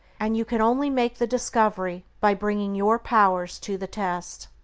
and you can only make the discovery by bringing your powers to the test.